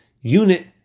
unit